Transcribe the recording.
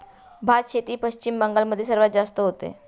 भातशेती पश्चिम बंगाल मध्ये सर्वात जास्त होते